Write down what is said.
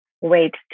wait